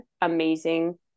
amazing